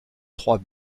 trois